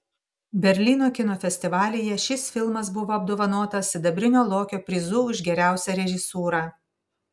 berlyno kino festivalyje šis filmas buvo apdovanotas sidabrinio lokio prizu už geriausią režisūrą